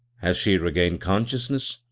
has she regained consciousness?